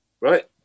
right